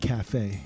Cafe